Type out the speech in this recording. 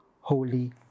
holy